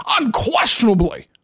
unquestionably